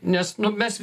nes mes